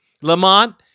Lamont